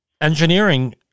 engineering